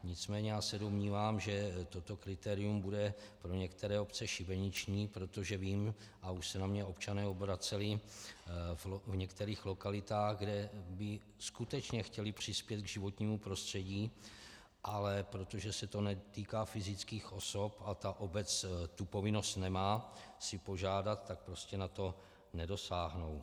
Nicméně já se domnívám, že toto kritérium bude pro některé obce šibeniční, protože vím a už se na mě občané obraceli v některých lokalitách, kde by skutečně chtěli přispět k životnímu prostředí, ale protože se to netýká fyzických osob a ta obec tu povinnost nemá si požádat, tak prostě na to nedosáhnou.